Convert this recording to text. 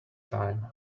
time